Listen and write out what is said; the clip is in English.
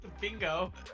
bingo